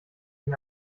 den